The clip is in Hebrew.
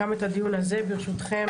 גם את הדיון הזה, ברשותכם,